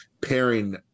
pairing